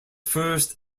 first